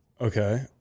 Okay